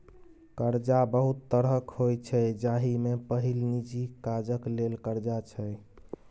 करजा बहुत तरहक होइ छै जाहि मे पहिल निजी काजक लेल करजा छै